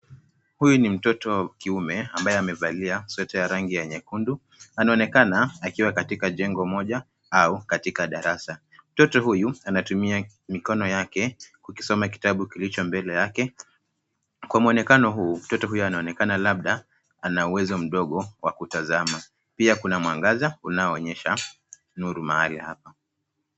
Huyu ni mtoto wa kiume ambaye amevalia sweta ya rangi ya nyekundu. Anaonekana katika jengo moja au katika darasa. Mtoto huyu anatumia mikono yake kukisoma kitabu kilicho mbele yake. Kwa muonekano huu mtoto huyu anaonekana labda ana uwezo mdogo wa kutazama. Pia kuna mwangaza unaoonyesha nuru mahali hapa.